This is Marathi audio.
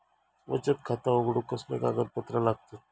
बचत खाता उघडूक कसले कागदपत्र लागतत?